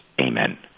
Amen